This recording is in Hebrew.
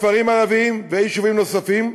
כפרים ערביים ויישובים נוספים,